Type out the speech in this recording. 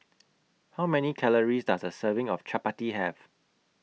How Many Calories Does A Serving of Chappati Have